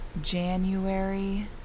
January